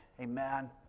Amen